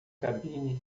cabine